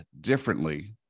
differently